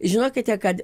žinokite kad